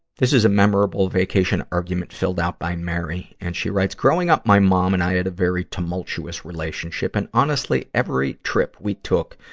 this is a memorable vacation argument filled out by mary. and she writes, growing up, my mom and i had a very tumultuous relationship and, honestly, every trip we took,